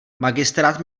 magistrát